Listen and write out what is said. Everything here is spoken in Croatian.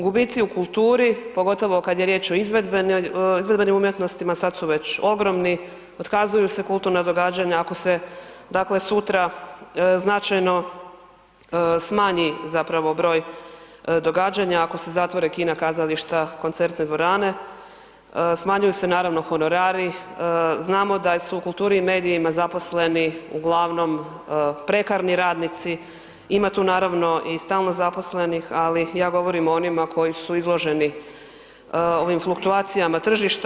Gubici u kulturi pogotovo kad je riječ o izvedbenim umjetnostima, sad su već ogromni, otkazuju se kulturna događanja, ako se dakle sutra značajno smanji zapravo broj događanja, ako se zatvore kina, kazališta, koncertne dvorane, smanjuju se naravno honorari, znamo da su u kulturi i medijima zaposleni uglavnom prekarni radnici, ima tu naravno i stalno zaposlenih, ali ja govorim o onima koji su izloženi ovim fluktuacijama tržišta.